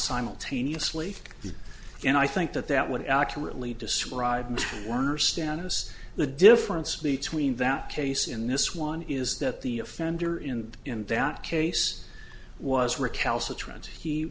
simultaneously and i think that that would accurately describe werner stannis the difference between that case in this one is that the offender in the in that case was recalcitrant he